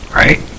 right